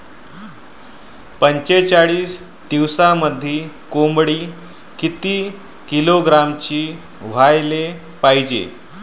पंचेचाळीस दिवसामंदी कोंबडी किती किलोग्रॅमची व्हायले पाहीजे?